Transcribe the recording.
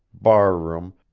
barroom,